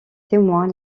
témoins